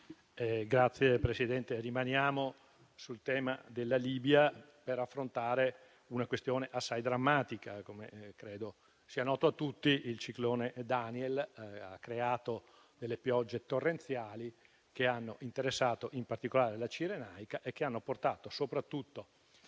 *(FI-BP-PPE)*. Rimaniamo sul tema della Libia, per affrontare una questione assai drammatica. Come credo sia noto a tutti, il ciclone Daniel ha creato delle piogge torrenziali, che hanno interessato in particolare la cirenaica e che hanno portato, soprattutto